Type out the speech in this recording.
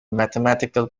mathematical